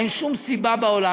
אין שום סיבה בעולם.